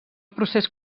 procés